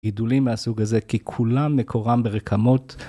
גידולים מהסוג הזה כי כולם נקורם ברקמות.